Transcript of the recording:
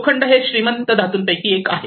लोखंड हे श्रीमंत धातूपैकी एक आहे